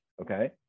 okay